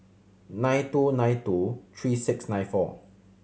nine two nine two three six nine four